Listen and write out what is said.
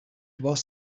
was